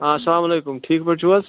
آ اَسلامُ علیکُم ٹھیٖک پٲٹھۍ چھُو حظ